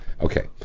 Okay